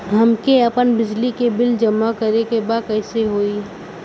हमके आपन बिजली के बिल जमा करे के बा कैसे होई?